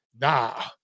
nah